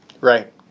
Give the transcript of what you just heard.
Right